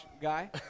guy